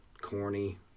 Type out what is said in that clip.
corny